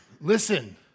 listen